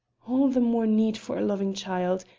all the more need for a loving child.